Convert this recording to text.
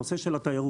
הנושא של התיירות.